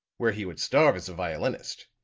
where he would starve as a violinist.